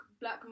Black